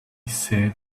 said